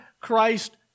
Christ